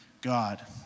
God